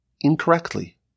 incorrectly